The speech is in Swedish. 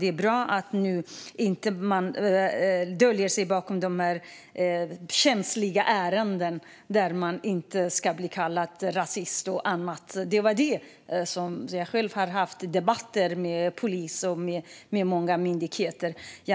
Det är bra att man inte döljer sig i dessa känsliga ärenden för att inte bli kallad rasist och annat. Jag har själv haft debatter med polis och med många myndigheter om detta.